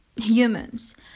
humans